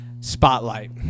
Spotlight